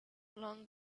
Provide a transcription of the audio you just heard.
long